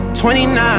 29